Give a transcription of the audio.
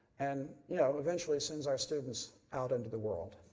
and you know eventually sends our students out into the world.